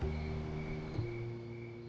the